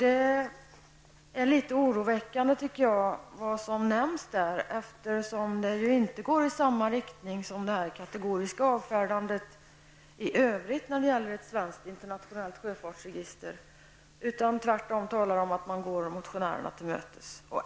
Det som sägs där tycker jag är litet oroväckande, eftersom det inte går i samma riktning som det kategoriska avfärdandet i övrigt när det gäller ett svenskt internationellt sjöfartsregister. Tvärtom talas det om att man går motionärerna till mötes.